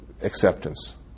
acceptance